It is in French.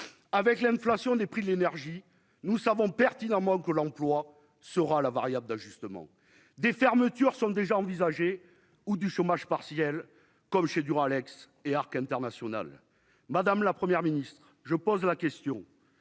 avec l'inflation des prix de l'énergie, nous savons pertinemment que l'emploi sera la variable d'ajustement des fermetures sont déjà envisagées ou du chômage partiel, comme chez Duralex et Arc International Madame la première ministre, je pose la question